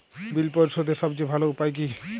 বিল পরিশোধের সবচেয়ে ভালো উপায় কী?